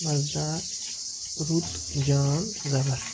مَزٕدار رُت جان زَبَر